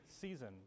season